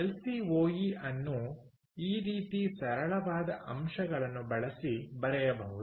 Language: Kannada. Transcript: ಎಲ್ ಸಿ ಓ ಇ ಅನ್ನು ಈ ರೀತಿ ಸರಳವಾದ ಅಂಶಗಳನ್ನು ಬಳಸಿ ಬರೆಯಬಹುದು